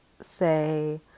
say